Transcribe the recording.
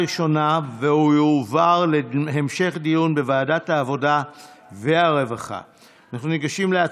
2022, לוועדת העבודה והרווחה נתקבלה.